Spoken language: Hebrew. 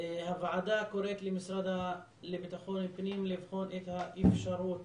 הוועדה קוראת למשרד לבטחון פנים לבחון את האפשרות